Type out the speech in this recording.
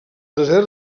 desert